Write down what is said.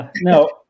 no